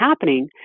happening